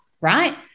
right